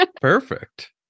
Perfect